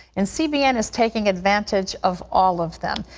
and cbn is taking advantage of all of them.